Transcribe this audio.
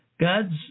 god's